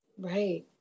Right